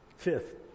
Fifth